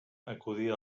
acudir